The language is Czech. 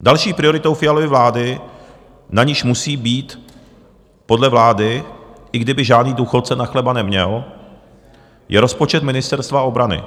Další prioritou Fialovy vlády, na niž musí být podle vlády, i kdyby žádný důchodce na chleba neměl, je rozpočet Ministerstva obrany.